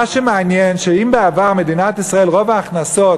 מה שמעניין הוא שאם בעבר במדינת ישראל רוב ההכנסות